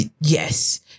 yes